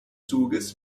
zuges